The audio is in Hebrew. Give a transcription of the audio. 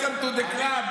welcome to the club,